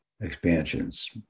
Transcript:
expansions